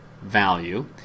value